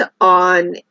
on